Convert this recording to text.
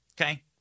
Okay